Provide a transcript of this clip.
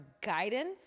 guidance